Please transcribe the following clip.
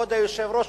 כבוד היושב-ראש,